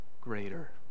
greater